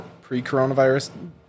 pre-coronavirus